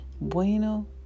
bueno